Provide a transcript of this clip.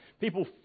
people